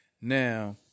Now